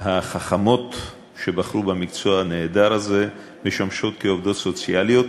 החכמות שבחרו במקצוע הנהדר הזה משמשות כעובדות סוציאליות.